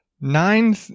Nine